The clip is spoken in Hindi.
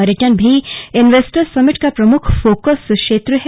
पर्यटन भी इन्वेस्टर्स समिट का प्रमुख फोकस क्षेत्र है